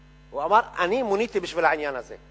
ואמר: אני מוניתי בשביל העניין הזה,